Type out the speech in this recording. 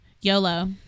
YOLO